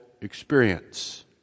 experience